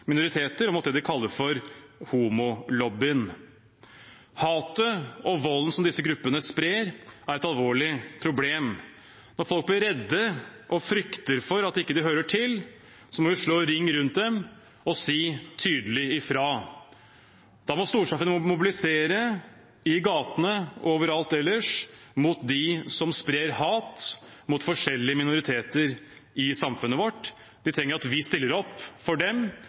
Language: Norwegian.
minoriteter og mot det de kaller homolobbyen. Hatet og volden som disse gruppene sprer, er et alvorlig problem. Når folk blir redde og frykter for at de ikke hører til, må vi slå ring rundt dem og si tydelig ifra. Da må storsamfunnet mobilisere i gatene og overalt ellers mot dem som sprer hat mot forskjellige minoriteter i samfunnet vårt. Minoritetene trenger at vi stiller opp og slår tilbake mot hatet og volden som disse gruppene står for.